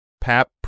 Pap